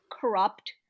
corrupt